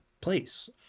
place